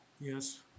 Yes